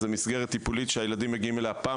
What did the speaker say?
זו מסגרת טיפולים שהילדים מגיעים אליה פעם